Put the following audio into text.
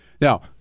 Now